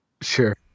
Sure